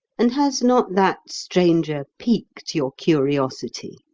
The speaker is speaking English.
and has not that stranger piqued your curiosity?